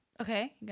Okay